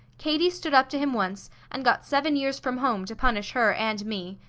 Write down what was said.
katie stood up to him once, and got seven years from home to punish her and me.